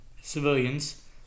civilians